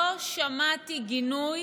לא שמעתי גינוי